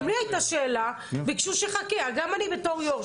גם לי הייתה שאלה, ביקשו שאחכה, גם אני בתור יו"ר.